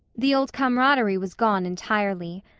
the old camaraderie was gone entirely.